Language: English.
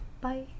Bye